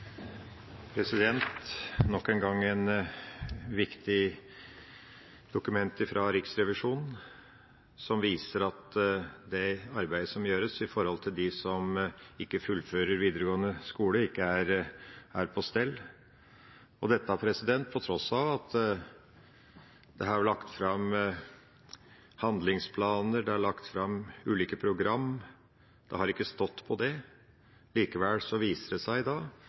nok en gang et viktig dokument fra Riksrevisjonen, som viser at arbeidet som gjøres for dem som ikke fullfører videregående skole, ikke er på stell – dette på tross av at det er lagt fram handlingsplaner og ulike program, det har ikke stått på det. Likevel viser det seg